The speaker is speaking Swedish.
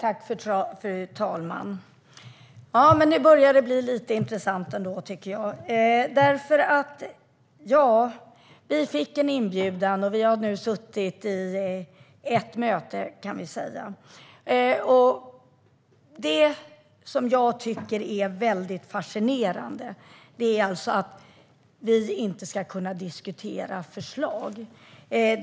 Fru talman! Nu börjar det bli lite intressant ändå, tycker jag. Vi fick en inbjudan, och vi har nu suttit i ett möte, kan vi säga. Det jag tycker är väldigt fascinerande är att vi alltså inte ska kunna diskutera förslag.